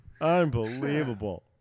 Unbelievable